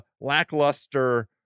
lackluster